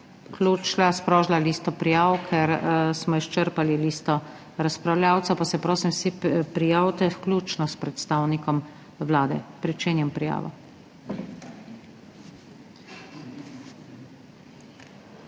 najprej sprožila listo prijav, ker smo izčrpali listo razpravljavcev, pa se prosim prijavite vsi, vključno s predstavnikom Vlade. Pričenjam prijavo.